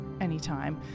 anytime